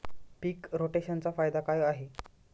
पीक रोटेशनचा फायदा काय आहे?